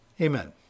Amen